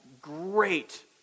great